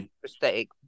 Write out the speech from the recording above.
prosthetic